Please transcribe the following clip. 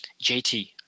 JT